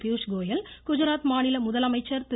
பியூஷ்கோயல் குஜராத் மாநில முதலமைச்சர் திரு